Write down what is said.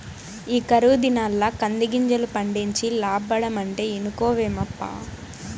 ఈ కరువు దినాల్ల కందిగింజలు పండించి లాబ్బడమంటే ఇనుకోవేమప్పా